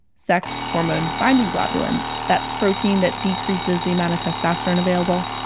sex hormone binding globulin that protein that decreases the amount of testosterone available.